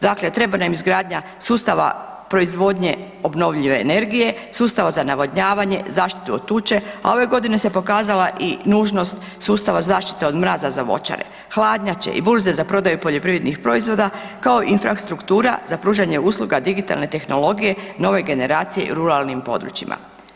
Dakle, treba nam izgradnja sustava proizvodnje obnovljive energije, sustava za navodnjavanje i zaštitu od tuče, a ove godine se pokazala i nužnost sustava za zaštite od mraza za voćare, hladnjače i burze za prodaju poljoprivrednih proizvoda, kao i infrastruktura za pružanje usluga digitalne tehnologije „Nove generacije“ ruralnim područjima.